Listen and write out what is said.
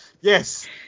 Yes